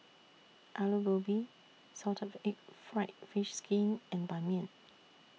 Aloo Gobi Salted Egg Fried Fish Skin and Ban Mian